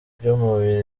by’umubiri